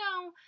no